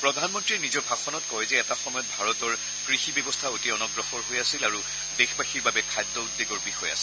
প্ৰধানমন্ত্ৰীয়ে নিজৰ ভাষণত কয় যে এটা সময়ত ভাৰতৰ কৃষি ব্যৱস্থা অতি অনগ্ৰসৰ হৈ আছিল আৰু দেশবাসীৰ বাবে খাদ্য উদ্বেগৰ বিষয় আছিল